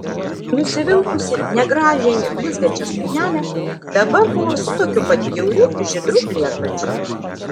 nusivilkusi negražiąją blizgančią suknelę dabar buvo su tokiu pat bjauriu žydru lietpalčiu